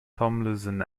tomlinson